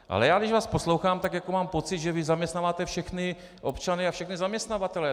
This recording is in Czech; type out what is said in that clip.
Ale já když vás poslouchám, tak mám pocit, že vy zaměstnáváte všechny občany a všechny zaměstnavatele.